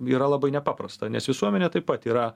yra labai nepaprasta nes visuomenė taip pat yra